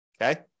Okay